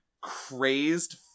crazed